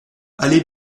allée